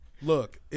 Look